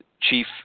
Chief